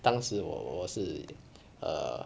当时我我是 err